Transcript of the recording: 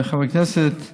חבר הכנסת סידה,